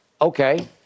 Okay